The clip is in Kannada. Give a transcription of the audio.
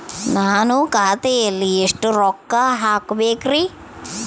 ನಾನು ಖಾತೆಯಲ್ಲಿ ಎಷ್ಟು ರೊಕ್ಕ ಹಾಕಬೇಕ್ರಿ?